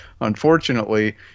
unfortunately